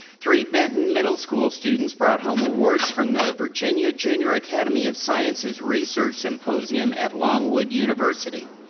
three benton middle school students brought home awards from the virginia junior academy of sciences research symposium at longwood university.